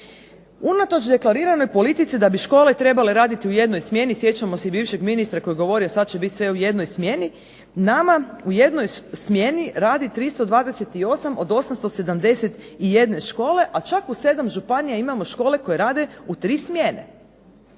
Unatoč deklariranoj politici da bi škole trebale raditi u jednoj smjeni, sjećamo se i bivšeg ministra koji je govorio sad će biti sve u jednoj smjeni, nama u jednoj smjeni radi 328 od 871 škole, a čak u 7 županija imamo škole koje rade u 3 smjene.